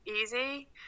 easy